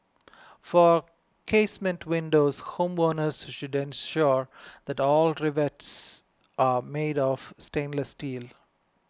for casement windows homeowners should ensure that all rivets are made of stainless steel